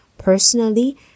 Personally